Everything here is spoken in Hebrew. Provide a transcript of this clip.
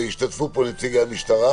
והשתתפו פה נציגי המשטרה,